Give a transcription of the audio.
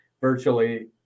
virtually